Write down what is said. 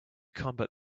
combat